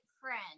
friend